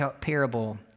parable